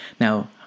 Now